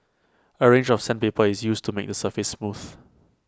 A range of sandpaper is used to make the surface smooth